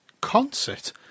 concert